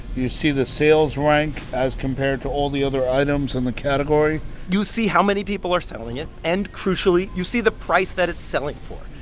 you see the sales rank as compared to all the other items in the category you see how many people are selling it and, crucially, you see the price that it's selling for.